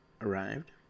arrived